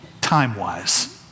time-wise